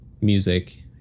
music